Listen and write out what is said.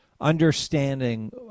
understanding